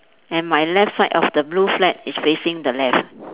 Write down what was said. and my left side of the blue flag is facing the left